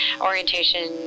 orientation